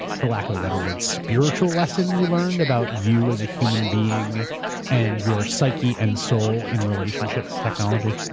for lack of a better word, spiritual lesson you learned about you as human being and your psyche and soul in relationship to technology?